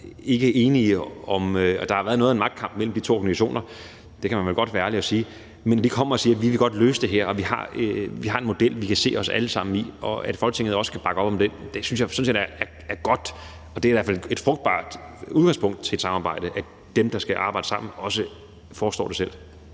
været enige – der har været noget af en magtkamp mellem de to organisationer, kan man vel godt være ærlig og sige – kommer og siger, at vi godt vil løse det her, og at vi har en model, vi kan se os alle sammen i, og som Folketinget også godt kan bakke op om, synes jeg sådan set er godt. Det er i hvert fald et frugtbart udgangspunkt for et samarbejde, at dem, der skal arbejde sammen, selv foreslår det. Kl.